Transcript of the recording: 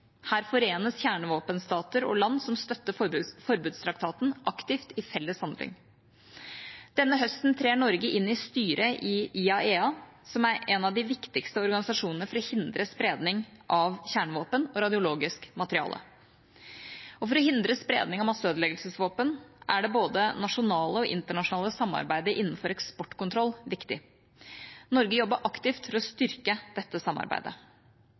Her forenes kjernevåpenstater og land som støtter forbudstraktaten aktivt i felles handling. Denne høsten trer Norge inn i styret i IAEA, som er en av de viktigste organisasjonene for å hindre spredning av kjernevåpen og radiologisk materiale. For å hindre spredning av masseødeleggelsesvåpen er både det nasjonale og det internasjonale samarbeidet innenfor eksportkontroll viktig. Norge jobber aktivt for styrke dette samarbeidet.